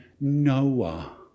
Noah